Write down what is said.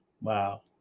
Wow